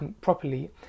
properly